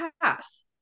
pass